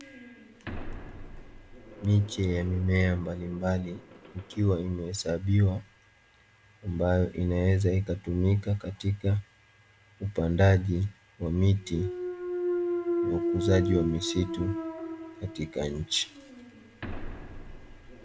Miche ya mimea mbalimbali, ikiwa imehesabiwa ambayo inaweza ikatumika katika upandaji wa miti na ukuzaji wa misitu katika nchi.